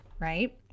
right